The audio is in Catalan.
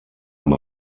amb